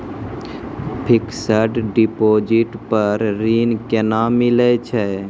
Fixed deposit पर ऋण केना मिलै छै?